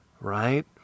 right